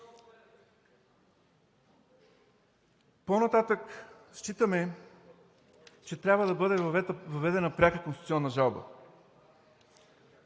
По-нататък считаме, че трябва да бъде въведена пряка конституционна жалба.